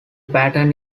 pattern